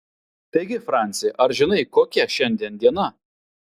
taigi franci ar žinai kokia šiandien diena